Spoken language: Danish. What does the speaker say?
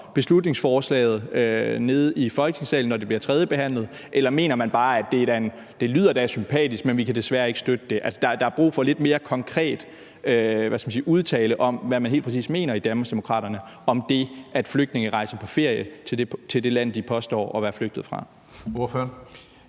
beslutningsforslaget i Folketingssalen, når det bliver andenbehandlet, eller mener man bare, at det da lyder sympatisk, men at man desværre ikke kan støtte det? Der er brug for lidt mere klar tale om, hvad man helt præcis mener i Danmarksdemokraterne om det, at flygtninge rejser på ferie til det land, de påstår at være flygtet fra. Kl.